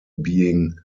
being